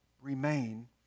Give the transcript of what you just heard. remain